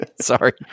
Sorry